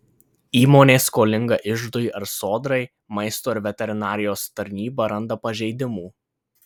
įmonė skolinga iždui ar sodrai maisto ir veterinarijos tarnyba randa pažeidimų